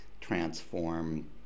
transform